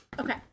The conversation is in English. Okay